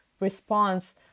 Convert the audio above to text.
response